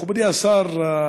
מכובדי השר,